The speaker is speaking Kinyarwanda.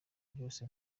byose